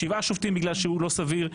שבעה שופטים בגלל שהוא לא סביר,